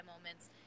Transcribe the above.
moments